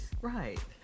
Right